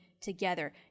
together